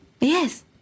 Yes